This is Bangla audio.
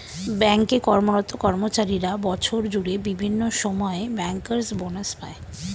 ব্যাঙ্ক এ কর্মরত কর্মচারীরা বছর জুড়ে বিভিন্ন সময়ে ব্যাংকার্স বনাস পায়